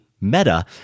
Meta